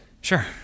Sure